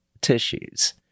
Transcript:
tissues